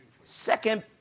Second